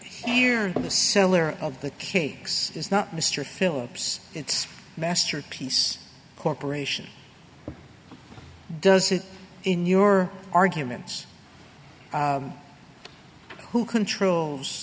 seller of the cakes is not mr philips it's masterpiece corporation does it in your arguments who controls